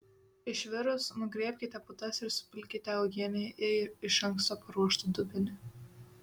išvirus nugriebkite putas ir supilkite uogienę į iš anksto paruoštą dubenį